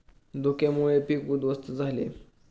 धुक्यामुळे पीक उध्वस्त झाले